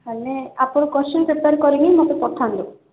ମାନେ ଆପଣ question prepare କରି ହିଁ ମୋତେ ପଠାନ୍ତୁ